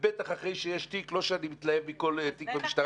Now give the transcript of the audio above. ובטח אחרי שיש תיק לא שאני מתלהב מכל תיק במשטרה